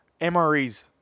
MREs